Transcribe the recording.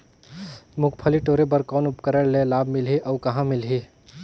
मुंगफली टोरे बर कौन उपकरण ले लाभ मिलही अउ कहाँ मिलही?